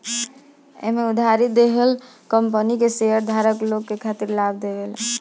एमे उधारी देहल कंपनी के शेयरधारक लोग के खातिर लाभ देवेला